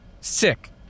sick